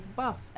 buff